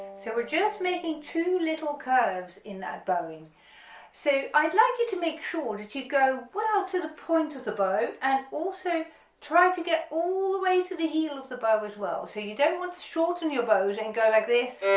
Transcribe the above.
so we're just making two little curves in that bowing so i'd like you to make sure that you go well to the point of the bow and also try to get all the way to the heel of the bow as well so you don't want to shorten your bows and go like this